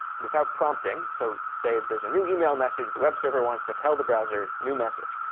without prompting. so say there's a new email message. the web server wants to tell the browser, new message.